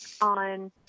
on